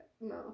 No